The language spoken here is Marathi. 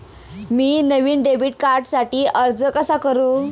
मी नवीन डेबिट कार्डसाठी अर्ज कसा करू?